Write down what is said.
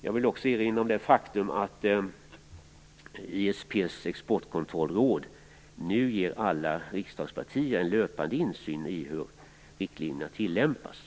Jag vill också erinra om det faktum att ISP:s exportkontrollråd numera ger alla riksdagspartier en löpande insyn i hur riktlinjerna tillämpas.